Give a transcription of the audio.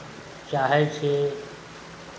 चाहै छी